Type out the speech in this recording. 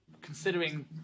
Considering